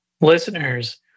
listeners